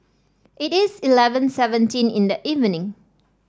it is eleven seventeen in the evening